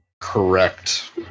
correct